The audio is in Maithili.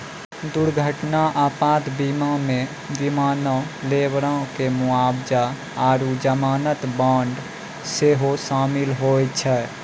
दुर्घटना आपात बीमा मे विमानो, लेबरो के मुआबजा आरु जमानत बांड सेहो शामिल होय छै